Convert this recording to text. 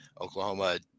oklahoma